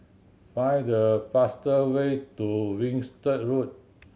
find the faster way to Winstedt Road